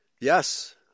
Yes